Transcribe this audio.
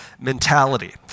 mentality